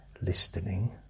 listening